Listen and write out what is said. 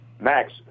Max